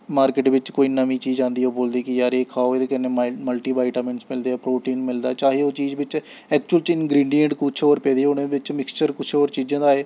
market बिच्च कोई नमीं चीज औंदी ओह् बोलदे कि यार एह् खाओ एह्दे कन्नै माइंड मल्टी बिटामिन्स मिलदे ऐ प्रोटीन मिलदा ऐ चाहे ओह् चीज बिच्च एक्चुअल च इंग्रीडिऐंट कुछ होर पेदे होन बिच्च मिक्सचर कुछ होर चीजें दा होए